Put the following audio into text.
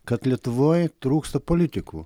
kad lietuvoj trūksta politikų